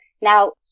Now